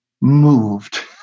moved